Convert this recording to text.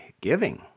giving